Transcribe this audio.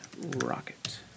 rocket